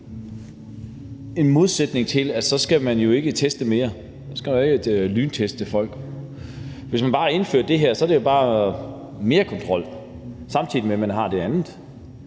en modsætning i det, for så skal man jo ikke teste og lynteste folk mere. Hvis man bare indfører det her, er det jo bare mere kontrol, samtidig med at man har det andet,